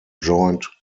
joined